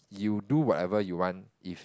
you do what ever you want if